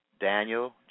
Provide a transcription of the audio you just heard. Daniel